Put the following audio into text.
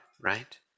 right